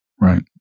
Right